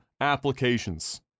applications